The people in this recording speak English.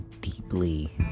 deeply